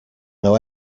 know